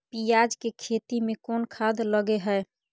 पियाज के खेती में कोन खाद लगे हैं?